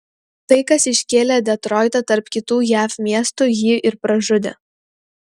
tai kas iškėlė detroitą tarp kitų jav miestų jį ir pražudė